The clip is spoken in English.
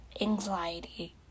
Anxiety